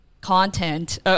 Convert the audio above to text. content